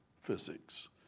physics